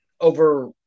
over